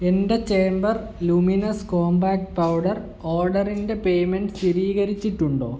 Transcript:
എന്റെ Chambor luminous compact powder ഓർഡറിന്റെ payment സ്ഥിരീകരിച്ചിട്ടുണ്ടോ